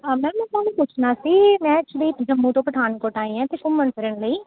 ma'am ਮੈਂ ਤੁਹਾਨੂੰ ਪੁੱਛਣਾ ਸੀ ਮੈਂ ਐਕਚੁਲੀ ਜੰਮੂ ਤੋਂ ਪਠਾਨਕੋਟ ਆਈ ਹਾਂ ਇੱਥੇ ਘੁੰਮਣ ਫਿਰਨ ਲਈ